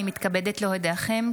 אני מתכבדת להודיעכם,